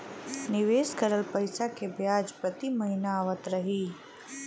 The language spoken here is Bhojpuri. निवेश करल पैसा के ब्याज प्रति महीना आवत रही?